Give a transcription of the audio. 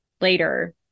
later